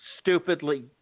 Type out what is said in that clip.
stupidly